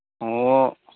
ꯑꯣ